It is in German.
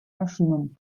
erschienen